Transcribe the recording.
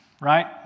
right